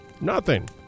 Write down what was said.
Nothing